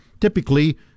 Typically